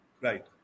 right